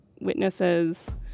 witnesses